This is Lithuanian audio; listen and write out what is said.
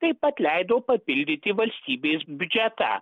taip pat leido papildyti valstybės biudžetą